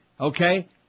Okay